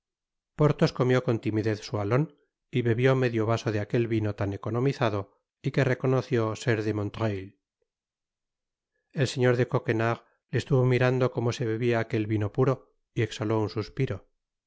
porthos comió con timidez su alon y bebió medio vaso de aquel vino tan economizado y que reconoció ser de montreuil el señor de coquenard le estuvo mirando como se bebia aquel vino puro y exbaló un suspiro